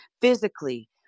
physically